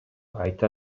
айта